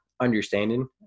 understanding